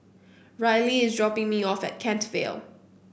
Ryleigh is dropping me off at Kent Vale